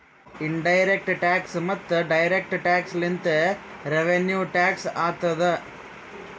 in direct tax ಮತ್ತ direct tax ಲಿಂತೆ revenue tax ಆತ್ತುದ್